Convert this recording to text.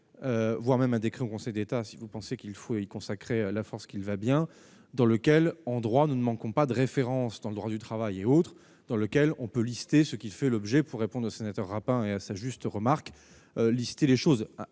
voire même un décret en Conseil d'État si vous pensez qu'il faut y consacrer la force qu'il va bien, dans lequel endroit nous ne manquons pas de référence dans le droit du travail et autres, dans lequel on peut lister ce qui fait l'objet pour répondre aux sénateurs Rapin et à sa juste remarque lister les choses